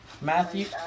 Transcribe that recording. Matthew